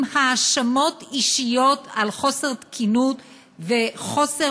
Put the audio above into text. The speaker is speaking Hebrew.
עם האשמות אישיות על חוסר תקינות וחוסר